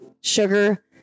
sugar